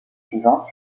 suivante